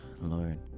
Lord